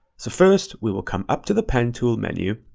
so first, we will come up to the pen tool menu,